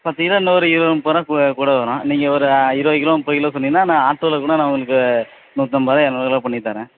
பத்து கிலோ இன்னும் ஓரு இருபது முப்பது ரூபா கூ கூட வரும் நீங்கள் ஒரு ஆ இருபது கிலோ முப்பது கிலோ சொன்னீங்கன்னால் நான் ஆட்டோவில் கூட நான் உங்களுக்கு நூற்றம்பது ரூபா இரநூறு ரூபா பண்ணித் தர்றேன்